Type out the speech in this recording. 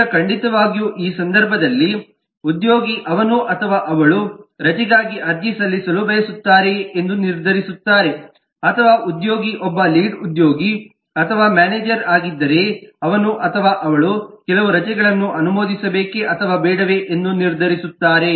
ಈಗ ಖಂಡಿತವಾಗಿಯೂ ಈ ಸಂದರ್ಭದಲ್ಲಿ ಉದ್ಯೋಗಿ ಅವನು ಅಥವಾ ಅವಳು ರಜೆಗಾಗಿ ಅರ್ಜಿ ಸಲ್ಲಿಸಲು ಬಯಸುತ್ತಾರೆಯೇ ಎಂದು ನಿರ್ಧರಿಸುತ್ತಾರೆ ಅಥವಾ ಉದ್ಯೋಗಿ ಒಬ್ಬ ಲೀಡ್ ಉದ್ಯೋಗಿ ಅಥವಾ ಮ್ಯಾನೇಜರ್ ಆಗಿದ್ದರೆಯೇ ಅವನು ಅಥವಾ ಅವಳು ಕೆಲವು ರಜೆಗಳನ್ನು ಅನುಮೋದಿಸಬೇಕೇ ಅಥವಾ ಬೇಡವೇ ಎಂದು ನಿರ್ಧರಿಸುತ್ತಾರೆ